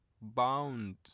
bound